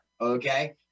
okay